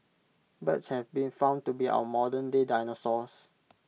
birds have been found to be our modernday dinosaurs